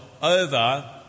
over